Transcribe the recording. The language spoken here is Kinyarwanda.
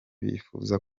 bifuza